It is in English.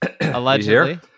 Allegedly